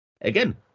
Again